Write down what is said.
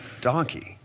donkey